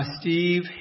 Steve